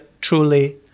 truly